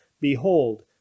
Behold